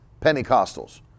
Pentecostals